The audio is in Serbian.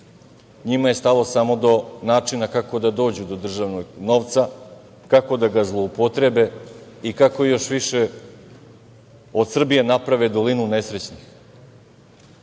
Njima je stalo samo do načina kako da dođu do državnog novca, kako da ga zloupotrebe i kako da još više od Srbije naprave dolinu nesrećnih. Sada